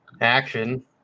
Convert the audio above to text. action